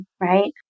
right